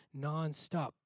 nonstop